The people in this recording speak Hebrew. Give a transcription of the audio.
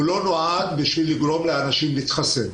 הוא לא נועד לגרום לאנשים להתחסן.